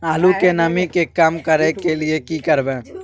आलू के नमी के कम करय के लिये की करबै?